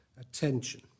attention